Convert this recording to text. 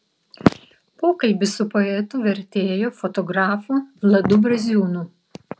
pokalbis su poetu vertėju fotografu vladu braziūnu